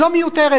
לא מיותרת,